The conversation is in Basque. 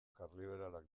karliberalak